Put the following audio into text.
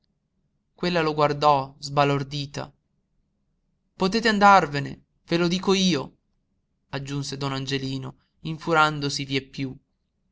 quella lo guardò sbalordita potete andarvene ve lo dico io aggiunse don angelino infuriandosi vieppiù san